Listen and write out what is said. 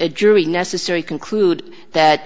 a jury necessary conclude that